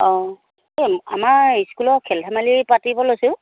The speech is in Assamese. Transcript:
অঁ এই আমাৰ স্কুলৰ খেল ধেমালি পাতিব লৈছোঁ